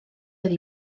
oedd